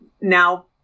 Now